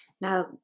now